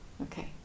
Okay